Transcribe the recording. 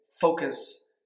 focus